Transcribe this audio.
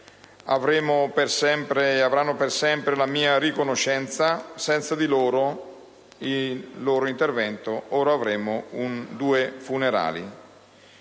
avranno per sempre la mia riconoscenza, senza di loro e il loro intervento ora avremmo due funerali.